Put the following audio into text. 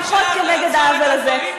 זה הזמן שלכם למחות נגד העוול הזה,